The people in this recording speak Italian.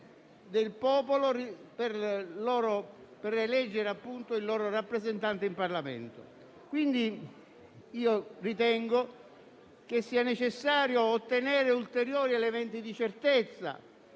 del popolo per l'elezione del loro rappresentante in Parlamento. Ritengo pertanto che sia necessario ottenere ulteriori elementi di certezza.